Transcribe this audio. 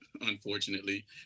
unfortunately